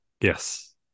Yes